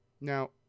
Now